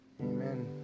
Amen